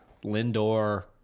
Lindor